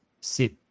sit